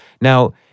Now